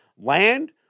land